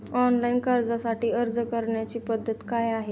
Online कर्जासाठी अर्ज करण्याची पद्धत काय आहे?